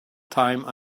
time